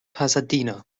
pasadena